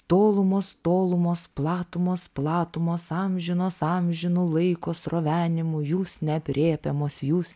tolumos tolumos platumos platumos amžinos amžinu laiko srovenimu jūs neaprėpiamos jūs